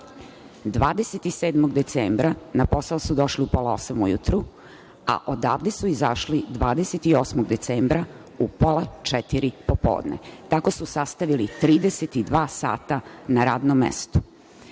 27. decembra na posao su došli u 7.30 ujutru, a odavde su izašli 28. decembra u 15.30 popodne. Tako su sastavili 32 sata na radnom mestu. Ovo